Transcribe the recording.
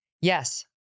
Yes